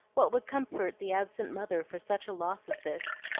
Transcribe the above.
what would comfort the absent mother for such a loss as this,